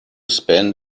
spend